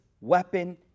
weapon